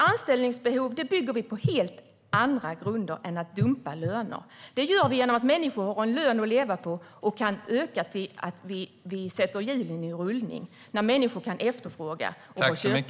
Anställningsbehov bygger vi i stället på helt andra grunder än att dumpa löner. Det gör vi genom att människor har en lön att leva på och kan bidra till att vi sätter hjulen i rullning. Det kan vi göra när människor kan efterfråga och vara köpstarka.